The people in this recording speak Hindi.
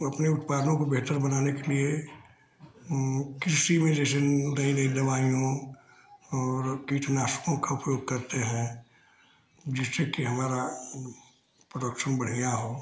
वो अपने उत्पादों को बेहतर बनाने के लिए कृषि में जैसे नई नई दवाइयों और कीटनाशकों का प्रयोग करते हैं जिससे कि हमारा प्रदर्शन बढ़िया हो